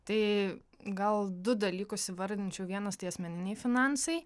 tai gal du dalykus įvardinčiau vienas tai asmeniniai finansai